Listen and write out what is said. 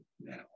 now